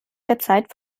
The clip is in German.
derzeit